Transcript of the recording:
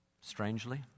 strangely